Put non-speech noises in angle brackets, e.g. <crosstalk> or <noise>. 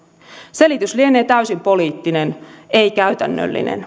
selitys lienee täysin poliittinen ei käytännöllinen <unintelligible>